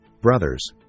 brothers